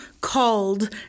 called